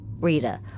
Rita